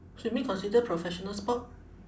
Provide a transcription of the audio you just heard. swimming considered professional sport